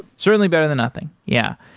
certainly better than nothing, yeah.